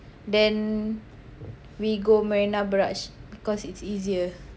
then we go Marina Barrage because it's easier